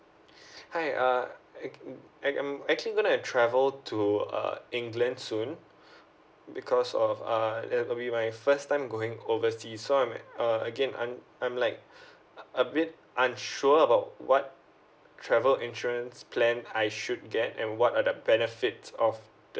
hi uh ac~ I am actually gonna travel to uh england soon because of uh that will be my first time going oversea so I'm a~ again I'm I'm like a bit unsure about what travel insurance plan I should get and what are the benefits of the